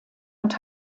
und